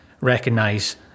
recognize